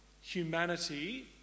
humanity